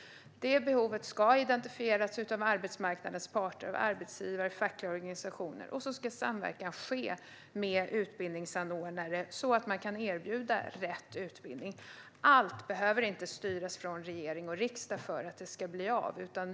Behovet ska identifieras av arbetsmarknadens parter, arbetsgivare och fackliga organisationer, och så ska samverkan ske med utbildningsanordnare, så att man kan erbjuda rätt utbildning. Allt behöver inte styras från regering och riksdag för att det ska bli av.